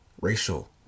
racial